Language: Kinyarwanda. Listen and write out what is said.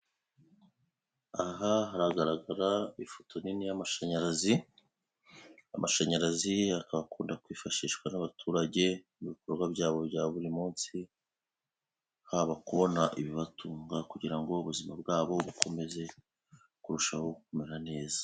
Aha haragaragara ifoto nini y'amashanyarazi, amashanyarazi akaba akunda kwifashishwa n'abaturage mu ibikorwa byabo bya buri munsi, haba kubona ibibatunga, kugira ngo ubuzima bwabo bukomeze kurushaho kumera neza.